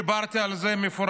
כבר דיברתי על זה בפירוט,